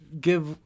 give